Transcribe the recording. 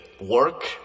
work